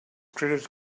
credit